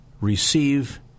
receive